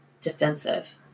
defensive